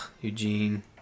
eugene